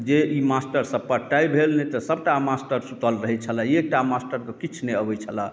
जे ई मास्टर सभ पर तैँ भेल नहि तऽ सभटा मास्टर सूतल रहैत छलै एकटा मास्टरके किछु नहि अबैत छलै